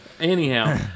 anyhow